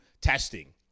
testing